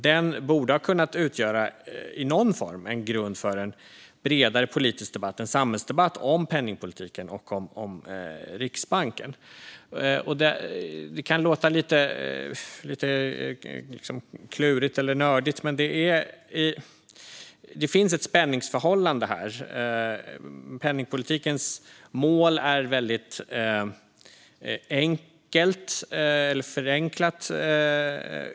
Det borde ha kunnat utgöra en grund i någon form för en bredare politisk debatt, en samhällsdebatt, om penningpolitiken och om Riksbanken. Det kan låta lite klurigt eller nördigt. Men det finns ett spänningsförhållande här. Penningpolitikens mål är förenklat uttryckt.